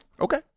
Okay